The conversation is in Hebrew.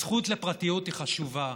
הזכות לפרטיות היא חשובה,